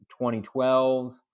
2012